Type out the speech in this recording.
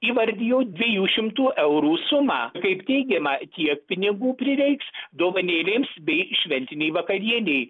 įvardijo dviejų šimtų eurų sumą kaip teigiama tiek pinigų prireiks dovanėlėms bei šventinei vakarienei